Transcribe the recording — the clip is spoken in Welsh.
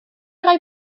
roi